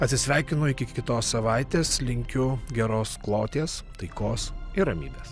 atsisveikinu iki kitos savaitės linkiu geros kloties taikos ir ramybės